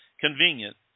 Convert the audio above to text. convenient